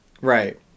Right